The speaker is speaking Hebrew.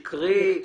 שקרי?